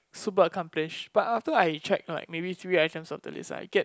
super accomplished but after I check like maybe three items of the list I get